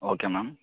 okay ma'am